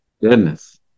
Goodness